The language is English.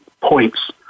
points